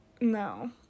no